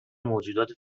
موجودات